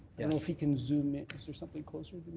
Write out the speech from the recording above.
and if he can zoom is there something closer?